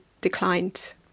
declined